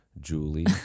Julie